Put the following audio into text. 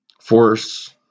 force